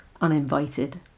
Uninvited